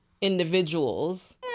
individuals